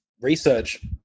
Research